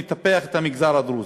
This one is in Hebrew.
נטפח את המגזר הדרוזי.